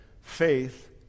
faith